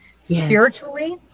spiritually